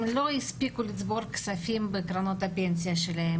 לא הספיקו לצבור כספים בקרנות הפנסיה שלהן,